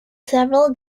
several